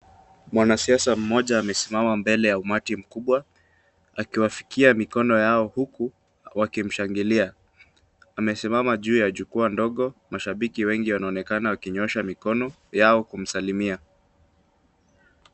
Mwanasiasa mmoja amesimama mbele ya umati mkubwa, akiwafikia mikono yao huku wakimshangilia. Amesimama juu ya jukwaa ndogo, mashabiki wengi wanaonekana wakinyoosha mikono yao kumsalimia.